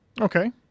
Okay